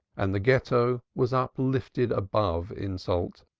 and the ghetto was uplifted above insult.